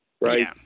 right